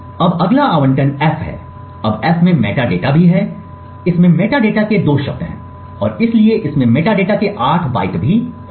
अब अगला आवंटन f है अब f में मेटाडेटा भी है इसमें मेटाडेटा के दो शब्द हैं और इसलिए इसमें मेटाडेटा के 8 बाइट भी होंगे